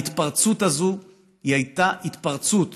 ההתפרצות הזאת הייתה התפרצות